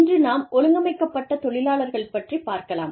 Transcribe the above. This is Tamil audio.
இன்று நாம் ஒழுங்கமைக்கப்பட்ட தொழிலாளர்கள் பற்றிப் பார்க்கலாம்